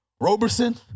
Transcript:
Roberson